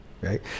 right